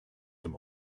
them